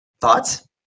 Thoughts